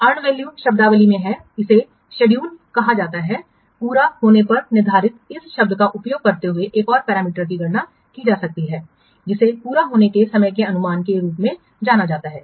earned value शब्दावली में इसे शेड्यूल कहा जाता है पूरा होने पर निर्धारित इस शब्द का उपयोग करते हुए एक और पैरामीटर की गणना की जा सकती है जिसे पूरा होने के समय के अनुमान के रूप में जाना जाता है